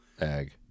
Ag